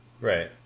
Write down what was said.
Right